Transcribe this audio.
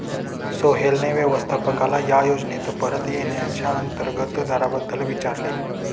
सोहेलने व्यवस्थापकाला या योजनेत परत येण्याच्या अंतर्गत दराबद्दल विचारले